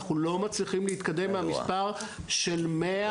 אנחנו לא מצליחים להתקדם מהמספר של 100,